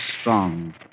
strong